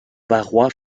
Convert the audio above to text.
barrois